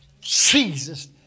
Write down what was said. Jesus